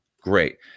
great